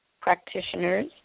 practitioners